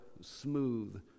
smooth